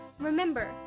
Remember